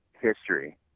history